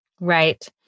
Right